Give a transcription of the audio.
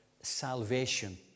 salvation